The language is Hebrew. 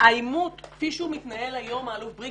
העימות כפי שהוא מתנהל היום האלוף בריק,